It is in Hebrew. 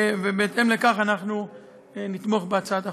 ובהתאם לכך אנחנו נתמוך בהצעת החוק.